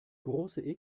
große